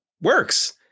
works